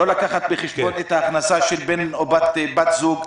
לא לקחת בחשבון את הכנסה של בן או בת הזוג.